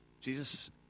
Jesus